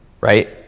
right